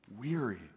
weary